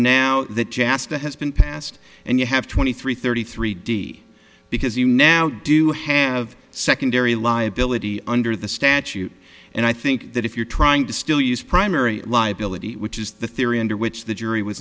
now that jasper has been passed and you have twenty three thirty three d because you now do have secondary liability under the statute and i think that if you're trying to still use primary liability which is the theory under which the jury was